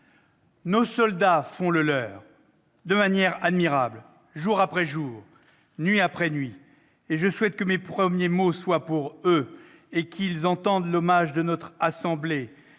Nos soldats font le leur, de manière admirable, jour après jour, nuit après nuit. Et je souhaite que mes premiers mots soient pour eux et qu'ils entendent l'hommage de notre assemblée